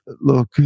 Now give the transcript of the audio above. look